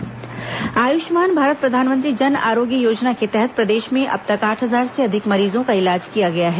प्रधानमंत्री जन आरोग्य योजना आयुष्मान भारत प्रधानमंत्री जन आरोग्य योजना के तहत प्रदेश में अब तक आठ हजार से अधिक मरीजों का इलाज किया गया है